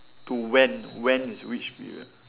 to when when is which period